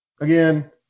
again